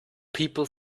people